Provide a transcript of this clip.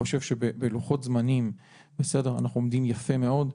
אני חושב שבלוחות זמנים אנחנו עומדים יפה מאוד.